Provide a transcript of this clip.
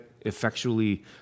effectually